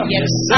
Yes